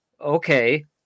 okay